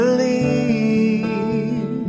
believe